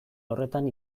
horretan